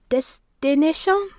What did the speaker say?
Destination